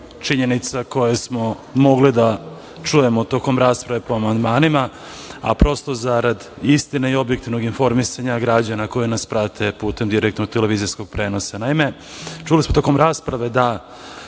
činjenica koje smo mogli da čujemo tokom rasprave po amandmanima, a prosto zarad istine i objektivnog informisanja građana koji nas prate putem direktnog televizijskog prenosa. Naime, čuli smo tokom rasprave da